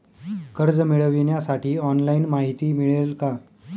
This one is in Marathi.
कर्ज मिळविण्यासाठी ऑनलाइन माहिती मिळेल का?